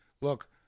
look